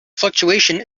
fluctuation